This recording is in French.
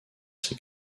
ses